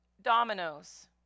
dominoes